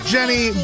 Jenny